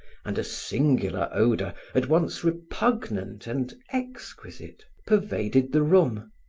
and a singular odor, at once repugnant and exquisite, pervaded the room.